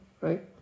right